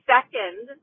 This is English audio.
Second